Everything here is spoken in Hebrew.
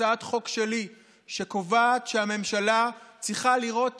הצעת חוק שלי שקובעת שהממשלה צריכה לראות